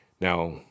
Now